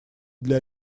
для